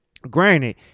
granted